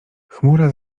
chmura